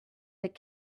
that